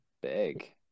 Big